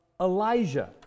Elijah